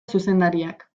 zuzendariak